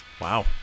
Wow